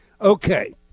Okay